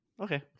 Okay